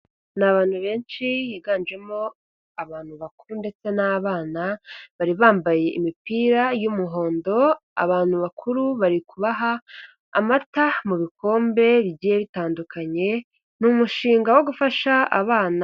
Ni abantu benshi higanjemo abantu bakuru ndetse n'abana, bari bambaye imipira y'umuhondo, abantu bakuru bari kubaha amata mu bikombe bigiye bitandukanye, ni umushinga wo gufasha abana.